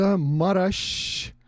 Marash